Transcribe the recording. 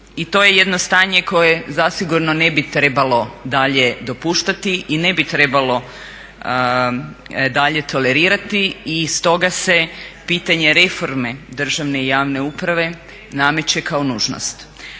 i to je jedno stanje koje zasigurno ne bi trebalo dalje dopuštati i ne bi trebalo dalje tolerirati i stoga se pitanje reforme državne i javne uprave nameće kao nužnost.